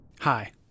Hi